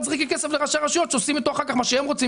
תזרקי כסף לראשי רשויות שעושים אתו אחר כך מה שהם רוצים,